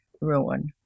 ruin